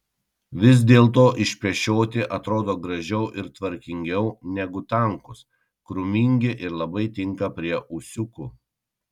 vis dėlto išpešioti atrodo gražiau ir tvarkingiau negu tankūs krūmingi ir labai tinka prie ūsiukų